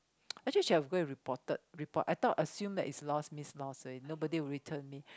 actually should have go and reported report I thought assume that it's lost means lost already nobody return me